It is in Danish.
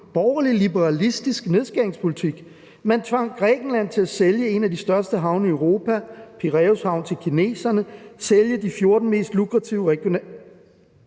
borgerlig liberalistisk nedskæringspolitik. Man tvang Grækenland til at sælge en af de største havne i Europa, Piræus Havn, til kineserne, til at sælge de 14 mest lukrative regionale